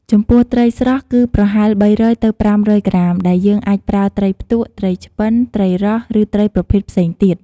ចំពោះ ត្រីស្រស់គឺប្រហែល ៣០០ទៅ៥០០ ក្រាមដែលយើងអាចប្រើត្រីផ្ទក់ ត្រីឆ្ពិន ត្រីរ៉ស់ ឬត្រីប្រភេទផ្សេងទៀត។